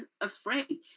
afraid